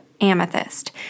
amethyst